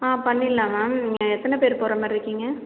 ஆ பண்ணிடலாம் மேம் நீங்கள் எத்தனை பேர் போகிற மாதிரி இருக்கீங்க